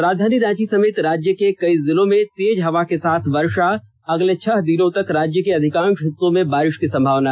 और राजधानी रांची समेत राज्य के कई जिलों में तेज हवा के साथ वर्षा अगले छह दिनों तक राज्य के अधिकांश हिस्सों में बारिश की संभावना